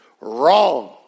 Wrong